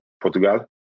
portugal